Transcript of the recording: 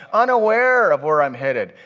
unaware of where i'm headed.